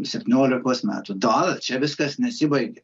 septyniolikos metų dar čia viskas nesibaigia